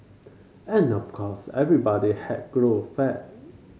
and of course everybody has grown fat